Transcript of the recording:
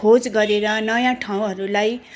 खोज गरेर नयाँ ठाउँहरूलाई